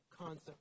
concept